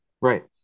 Right